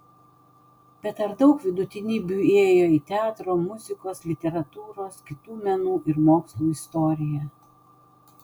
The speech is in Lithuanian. bet ar daug vidutinybių įėjo į teatro muzikos literatūros kitų menų ir mokslų istoriją